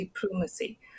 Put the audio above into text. diplomacy